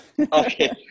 Okay